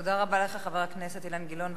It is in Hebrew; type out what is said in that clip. תודה רבה לך, חבר הכנסת אילן גילאון.